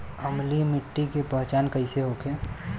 अम्लीय मिट्टी के पहचान कइसे होखे?